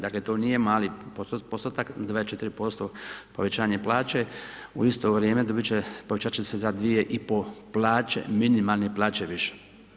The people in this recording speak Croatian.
Dakle, to nije mali postotak 24% povećanje plaće, u isto vrijeme dobiti će, povećati će se za 2,5 plaće, minimalne plaće više.